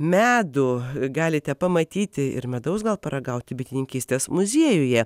medų galite pamatyti ir medaus gal paragauti bitininkystės muziejuje